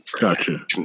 Gotcha